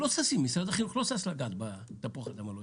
משרד החינוך לא שש לגעת בתפוח אדמה הלוהט.